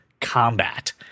combat